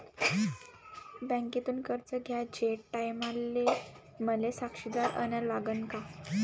बँकेतून कर्ज घ्याचे टायमाले मले साक्षीदार अन लागन का?